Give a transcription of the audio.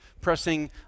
pressing